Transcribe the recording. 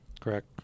correct